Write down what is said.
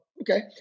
Okay